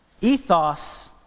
Ethos